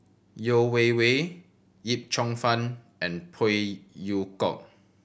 Yeo Wei Wei Yip Cheong Fun and Phey Yew Kok